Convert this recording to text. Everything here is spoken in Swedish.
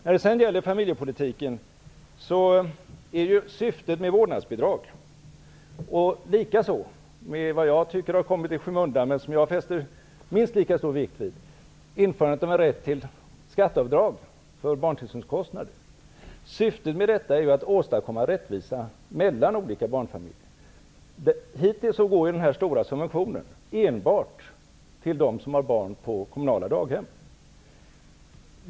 När det sedan gäller familjepolitiken vill jag säga att syftet med vårdnadsbidrag liksom med det som jag tycker har kommit i skymundan, men som jag fäster lika stor vikt vid, införandet av rätt till skatteavdrag för barntillsynskostnader, är att åstadkomma rättvisa mellan olika barnfamiljer. Hittills riktas den stora subventionen enbart till dem som har barn på kommunala daghem.